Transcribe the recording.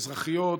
אזרחיות,